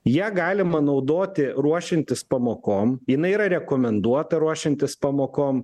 ją galima naudoti ruošiantis pamokom jinai yra rekomenduota ruošiantis pamokom